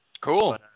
Cool